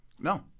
No